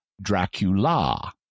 Dracula